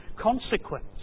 consequence